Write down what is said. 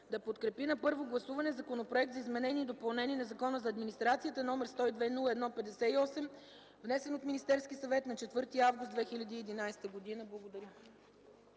да подкрепи на първо гласуване Законопроект за изменение и допълнение на Закона за администрацията, № 102 01 58, внесен от Министерския съвет на 4 август 2011 г.” Благодаря.